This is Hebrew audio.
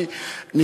אני הזכרתי,